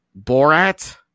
Borat